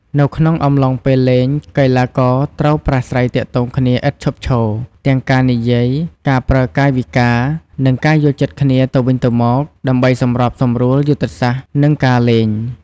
នៅក្នុងអំឡុងពេលលេង កីឡាករត្រូវប្រាស្រ័យទាក់ទងគ្នាឥតឈប់ឈរ ទាំងការនិយាយ ការប្រើកាយវិការ និងការយល់ចិត្តគ្នាទៅវិញទៅមក ដើម្បីសម្របសម្រួលយុទ្ធសាស្ត្រ និងការលេង។